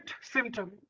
symptom